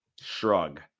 Shrug